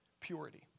purity